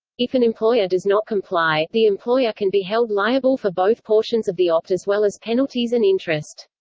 if an employer does not comply, the employer can be held liable for both portions of the opt as well as penalties and interest.